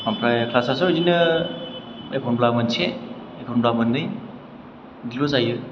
ओमफ्राय क्लासाथ' बिदिनो एखनब्ला मोनसे एखनब्ला मोननै बिदिल' जायो